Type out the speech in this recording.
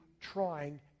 trying